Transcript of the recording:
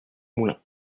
moulin